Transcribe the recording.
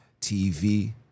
TV